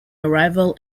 arrival